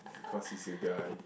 because he's a guy